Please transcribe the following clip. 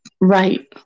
right